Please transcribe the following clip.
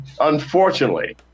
unfortunately